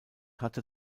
hatte